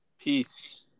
Peace